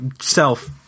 self